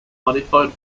modified